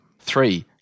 Three